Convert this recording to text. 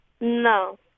No